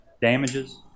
damages